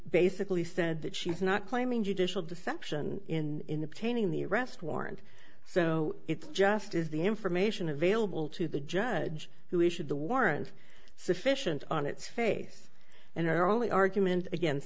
basically said that she's not claiming judicial deception in painting the arrest warrant so it's just is the information available to the judge who issued the warrant sufficient on its face and our only argument against